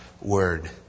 word